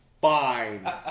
fine